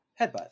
headbutt